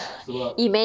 sebab